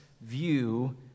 view